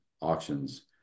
auctions